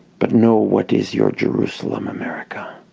but know what is your jerusalem america